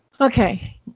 Okay